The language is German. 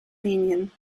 linien